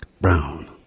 brown